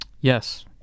Yes